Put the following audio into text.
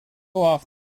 off